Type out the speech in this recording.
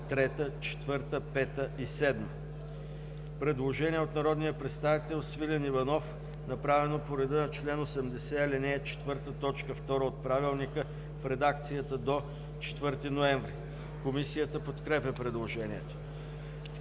3, 4, 5 и 7. Предложение от народния представител Свилен Иванов, направено по реда на чл. 80, ал. 4, т. 2 от Правилника в редакцията до 4 ноември 2016 г. Комисията подкрепя предложението.